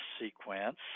sequence